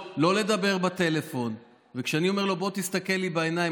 מדבר בטלפון וכשאני אומר לו: בוא תסתכל לי בעיניים,